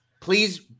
please